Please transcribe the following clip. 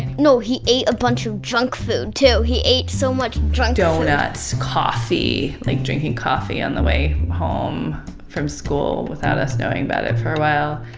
no, he ate a bunch of junk food, too. he ate so much junk food. donuts. coffee. like drinking coffee on the way home from school without us knowing about it for a while.